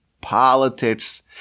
politics